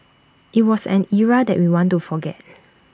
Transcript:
IT was an era that we want to forget